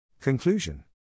Conclusion